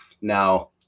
Now